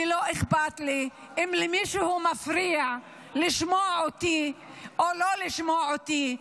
ולא אכפת לי אם למישהו מפריע לשמוע אותי או לא לשמוע אותי,